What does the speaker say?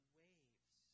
waves